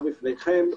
בפניכם,